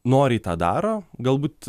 noriai tą daro galbūt